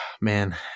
man